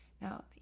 Now